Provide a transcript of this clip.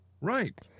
Right